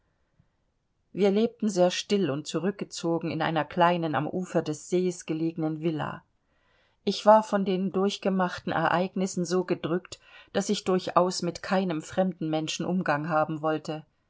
wir lebten sehr still und zurückgezogen in einer kleinen am ufer des sees gelegenen villa ich war von den durchgemachten ereignissen so gedrückt daß ich durchaus mit keinem fremden menschen umgang haben wollte